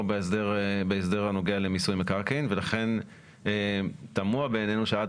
בהסדר הנוגע למיסוי מקרקעין ולכן תמוה בעינינו שעד